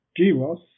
GWAS